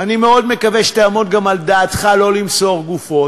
אני גם מאוד מקווה שתעמוד על דעתך לא למסור גופות.